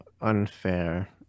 unfair